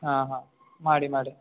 ಹಾಂ ಹಾಂ ಮಾಡಿ ಮಾಡಿ